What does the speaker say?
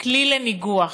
כלי לניגוח.